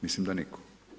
Mislim da nitko.